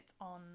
on